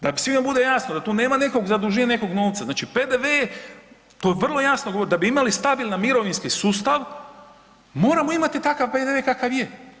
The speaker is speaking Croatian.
Da svima bude jasno, da tu nema nekog zaduživanja, nekog novca, znači PDV je, to vrlo jasno govorim, da bi imali stabilni mirovinski sustav moramo imati takav PDV kakav je.